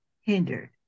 hindered